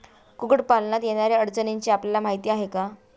कुक्कुटपालनात येणाऱ्या अडचणींची आपल्याला माहिती आहे का?